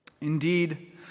Indeed